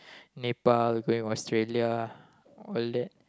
Nepal going Australia all that